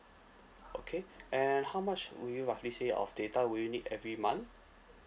okay and how much will you roughly say of data will you need every month